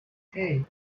hey